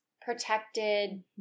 protected